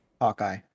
Hawkeye